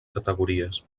categories